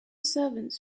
servants